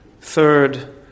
Third